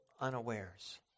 unawares